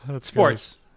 sports